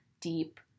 deep